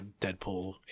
Deadpool